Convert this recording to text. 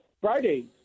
Friday